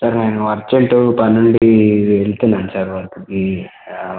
sir నేను urgent పనుండి వెళ్తున్నాను సార్ వర్కుకి